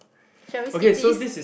shall we skip this